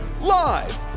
Live